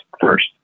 first